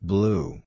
Blue